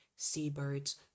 seabirds